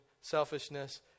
selfishness